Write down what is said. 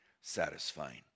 satisfying